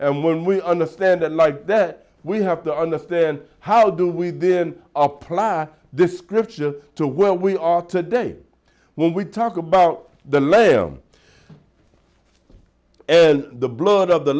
and when we understand it like that we have to understand how do we then apply this scripture to where we are today when we talk about the lem and the blood of the